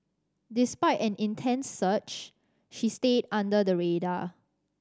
despite an intense search she stayed under the radar